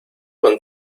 con